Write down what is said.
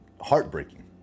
Heartbreaking